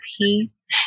peace